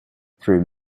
through